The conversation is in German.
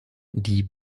die